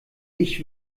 ich